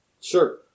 Sure